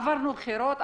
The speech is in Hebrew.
עברנו בחירות,